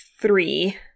three